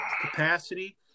capacity